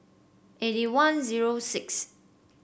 eighty one zero sixth